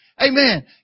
Amen